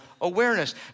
awareness